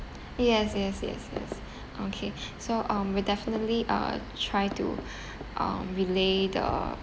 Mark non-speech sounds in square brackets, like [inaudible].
[breath] yes yes yes yes [breath] okay [breath] so um we definitely uh try to [breath] um relay the